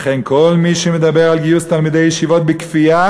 לכן כל מי שמדבר על גיוס תלמידי ישיבות בכפייה,